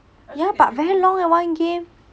ya but very long and one game